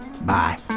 bye